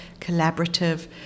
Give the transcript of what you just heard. collaborative